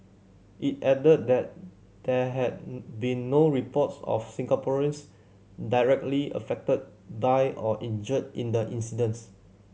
it added that there had been no reports of Singaporeans directly affected by or injured in the incidents